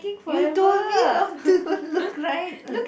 you told me not to look right